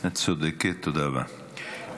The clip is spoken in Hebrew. את צודקת, תודה רבה.